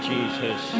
Jesus